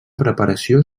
preparació